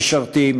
משרתים,